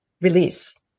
release